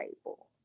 table